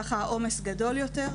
ככה העומס גדול יותר.